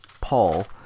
Paul